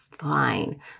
fine